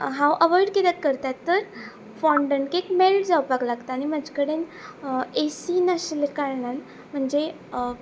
हांव अवोयड कित्याक करतात तर फोंडकेक मेल्ट जावपाक लागता आनी म्हजे कडेन ए सी नाशिल्ल्या कारणान म्हणजे